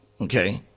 Okay